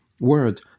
word